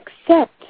accept